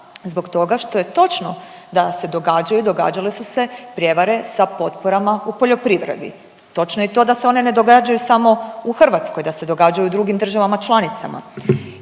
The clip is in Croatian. zbog toga što je točno da se događaju i događale su se prijevare sa potporama u poljoprivredi. Točno je i to da se one ne događaju samo u Hrvatskoj, da se događaju u drugim državama članicama.